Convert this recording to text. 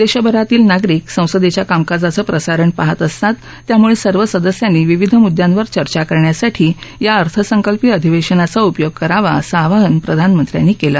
देशभरातील नागरिक संसदेच्या कामकाजाचं प्रसारण पहात असतात त्यामुळे सर्व सदस्यांनी विविध मुद्दयांवर चर्चा करण्यासाठी या अर्थसंकल्पीय अधिवेशनाचा उपयोग करावा असं आवाहन प्रधानमंत्र्यांनी केलं